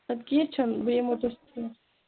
اَد کیٚنٛہہ چھُنہٕ بہٕ یِمو تۄہہِ